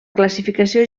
classificació